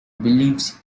beliefs